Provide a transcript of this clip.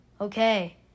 Okay